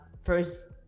first